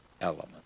element